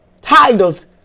titles